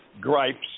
gripes